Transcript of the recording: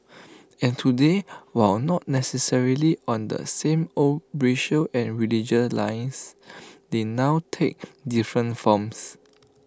and today while not necessarily on the same old racial and religious lines they now take different forms